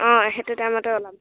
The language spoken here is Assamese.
অঁ সেইটো টাইমতে ওলাম